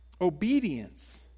Obedience